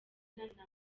intambara